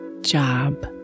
job